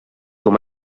com